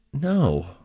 No